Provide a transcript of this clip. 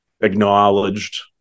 acknowledged